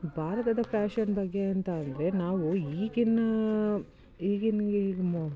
ಭಾರತದ ಫ್ಯಾಶನ್ ಬಗ್ಗೆ ಅಂತ ಅಂದರೆ ನಾವು ಈಗಿನ ಈಗಿನ